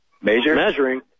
measuring